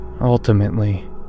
ultimately